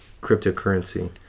cryptocurrency